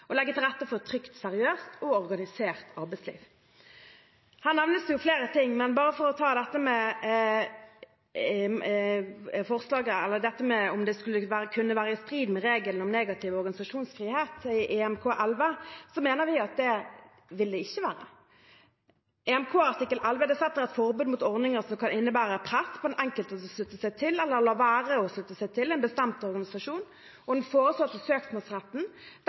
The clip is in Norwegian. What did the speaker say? legge til rette for et trygt, seriøst og organisert arbeidsliv. Her nevnes det flere ting, men for å ta om det kunne være i strid med regelen om negativ organisasjonsfrihet i EMK artikkel 11, så mener vi at det ikke vil være det. EMK artikkel 11 setter et forbud mot ordninger som kan innebære press for den enkelt til å slutte seg til, eller la være å slutte seg til, en bestemt organisasjon. Den foreslåtte søksmålsretten legger ikke press på den